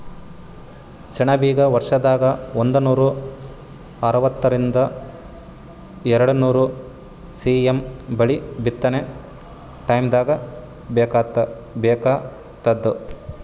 ಸೆಣಬಿಗ ವರ್ಷದಾಗ್ ಒಂದನೂರಾ ಅರವತ್ತರಿಂದ್ ಎರಡ್ನೂರ್ ಸಿ.ಎಮ್ ಮಳಿ ಬಿತ್ತನೆ ಟೈಮ್ದಾಗ್ ಬೇಕಾತ್ತದ